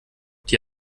die